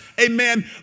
amen